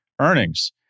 earnings